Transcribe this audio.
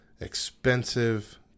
expensive